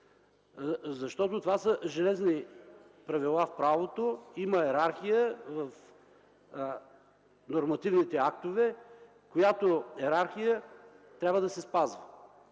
Защото това са железни правила в правото, има йерархия в нормативните актове, която трябва да се спазва.